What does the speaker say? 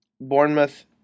Bournemouth